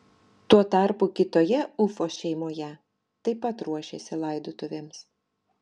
tuo tarpu kitoje ufos šeimoje taip pat ruošėsi laidotuvėms